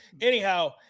anyhow